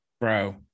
Bro